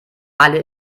alle